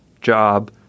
job